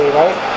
right